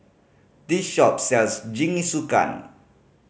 this shop sells Jingisukan